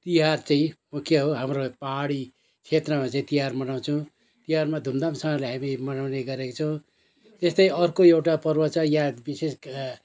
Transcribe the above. तिहार चाहिँ मुख्य हो हाम्रो पहाडी क्षेत्रमा चाहिँ तिहार मनाउँछौँ तिहारमा धुमधामसँगले हामी मनाउने गरेका छौँ त्यस्तै अर्को एउटा पर्व छ यहाँ विशेष